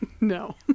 no